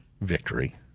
victory—